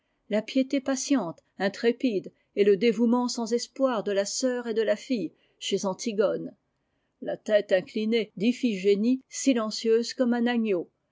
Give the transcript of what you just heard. la piété patiente intrépide et le dévouement sans espoir delà sœur et de la fille chez antigone la tête inclinée d'iphigénie silencieuse comme un agneau